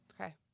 okay